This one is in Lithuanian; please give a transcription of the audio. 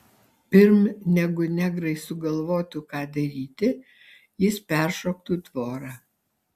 pirm negu negrai sugalvotų ką daryti jis peršoktų tvorą